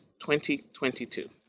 2022